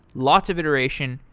lots of iteration,